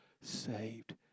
saved